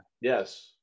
Yes